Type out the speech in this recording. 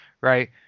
right